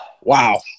wow